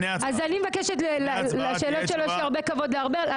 לפני ההצבעה תהיה תשובה.